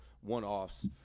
one-offs